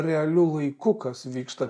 realiu laiku kas vyksta